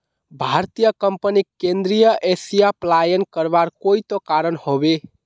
भारतीय कंपनीक केंद्रीय एशिया पलायन करवार कोई त कारण ह बे